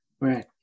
Right